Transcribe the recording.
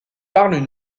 parlent